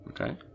Okay